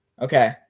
Okay